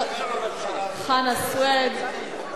חנא סוייד.